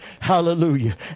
Hallelujah